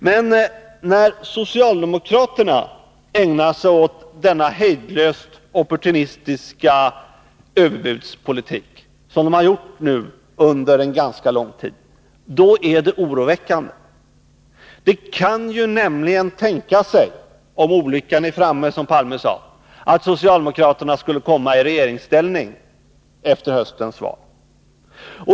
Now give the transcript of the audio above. Men när socialdemokraterna ägnar sig åt en så hejdlöst opportunistisk överbudspolitik som de nu har gjort under en ganska lång tid, är det oroväckande. Det kan nämligen tänkas — om olyckan är framme, som Olof Palme sade — att socialdemokraterna skulle komma i regeringsställning efter höstens val.